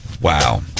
Wow